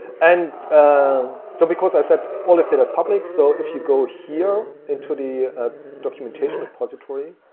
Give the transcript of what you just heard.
and so, because i said all this data is public. so if you go here into the documentation repository,